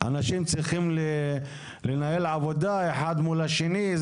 אנשים צריכים לנהל עבודה אחד מול השני.